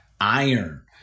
iron